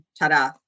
Ta-da